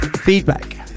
feedback